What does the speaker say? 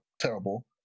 terrible